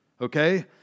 okay